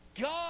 God